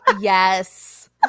Yes